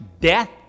death